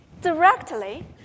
directly